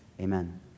amen